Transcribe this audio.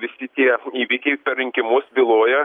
visi tie įvykiai per rinkimus byloja